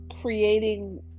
creating